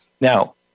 Now